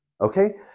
Okay